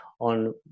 on